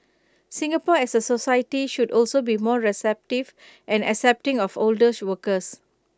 Singapore as A society should also be more receptive and accepting of older workers